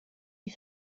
die